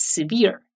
Severe